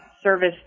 service